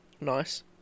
Nice